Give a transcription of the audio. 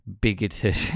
bigoted